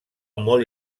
molt